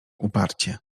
uparcie